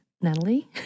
Natalie